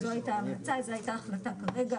וזאת הייתה ההמלצה זאת הייתה ההחלטה כרגע,